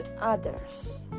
others